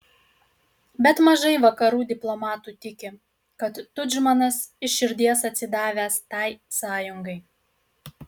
bet mažai vakarų diplomatų tiki kad tudžmanas iš širdies atsidavęs tai sąjungai